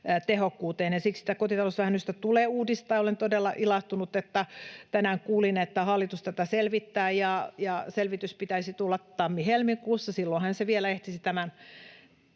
energiatehokkuuteen. Siksi tätä kotitalousvähennystä tulee uudistaa. Olen todella ilahtunut, kun tänään kuulin, että hallitus tätä selvittää ja selvityksen pitäisi tulla tammi-helmikuussa. Silloinhan se vielä ehtisi tämän